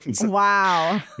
Wow